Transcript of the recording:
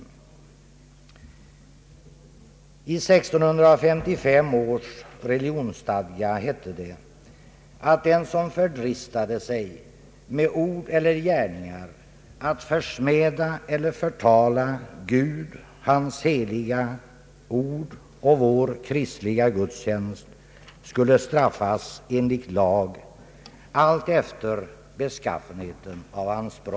I 1655 års religionsstadga hette det, att den som ”fördristade sig med ord eller gärningar att försmäda eller förtala Gud, hans heliga ord och vår kristliga gudstjänst” skulle straffas enligt lag alltefter beskaffenheten av hans brott.